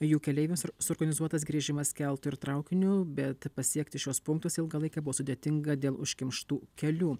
jų keleiviams suorganizuotas grįžimas keltu ir traukiniu bet pasiekti šiuos punktus ilgą laiką buvo sudėtinga dėl užkimštų kelių